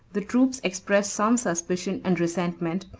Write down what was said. the troops expressed some suspicion and resentment,